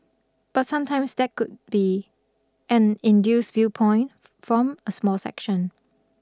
but sometimes that could be an induced viewpoint from a small section